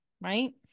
Right